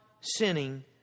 sinning